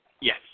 Yes